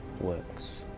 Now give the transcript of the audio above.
works